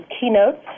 keynotes